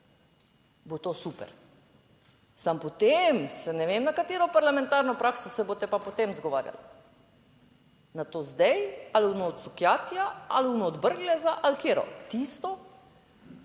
Bo to super. Samo, potem se ne vem na katero parlamentarno prakso se boste pa potem zgovarjali: na to zdaj ali v Cukjatija ali ono od Brgleza ali katero? In